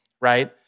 right